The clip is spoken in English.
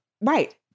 Right